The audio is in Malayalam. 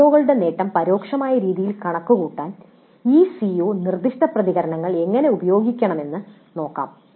സിഒകളുടെ നേട്ടം പരോക്ഷമായ രീതിയിൽ കണക്കുകൂട്ടാൻ ഈ CO നിർദ്ദിഷ്ട പ്രതികരണങ്ങൾ എങ്ങനെ ഉപയോഗിക്കാമെന്ന് നോക്കാം